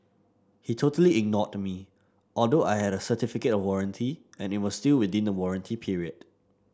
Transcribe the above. he totally ignored me although I had a certificate of warranty and it was still within the warranty period